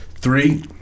Three